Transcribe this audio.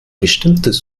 bestimmtes